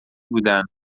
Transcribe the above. بودن